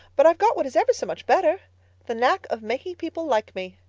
but i've got what is ever so much better the knack of making people like me.